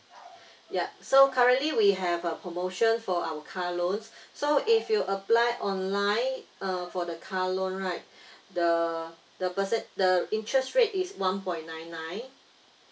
ya so currently we have a promotion for our car loans so if you apply online uh for the car loan right the the person the interest rate is one point nine nine